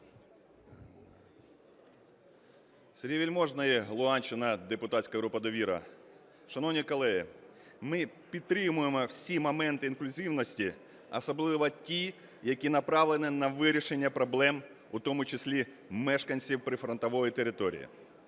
Сергій Вельможний, Луганщина, депутатська група "Довіра". Шановні колеги, ми підтримуємо всі моменти інклюзивності, особливо ті, які направлені на вирішення проблем в тому числі мешканців прифронтової території.